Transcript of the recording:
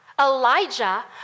Elijah